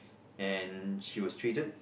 and she was treated